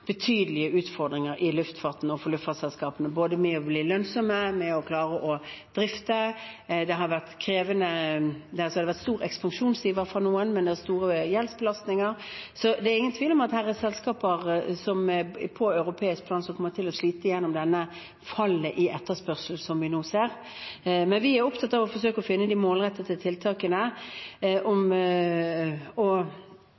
betydelige utfordringer, både med å bli lønnsomme og med å klare å drifte. Det har vært stor ekspansjonsiver hos noen, med store gjeldsbelastninger, og det er ingen tvil om at det er selskaper som på europeisk plan kommer til å slite gjennom dette fallet i etterspørsel som vi nå ser. Men vi er opptatt av å forsøke å finne de målrettede tiltakene